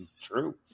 true